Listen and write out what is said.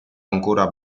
ancora